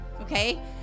okay